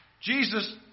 Jesus